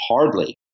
hardly